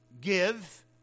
give